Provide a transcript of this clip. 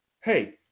Hey